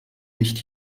nicht